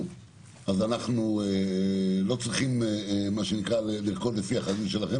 אז אנחנו לא צריכים לרקוד לפי החליל שלכם,